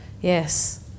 Yes